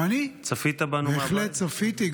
בהחלט צפיתי.